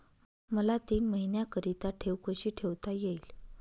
मला तीन महिन्याकरिता ठेव कशी ठेवता येईल?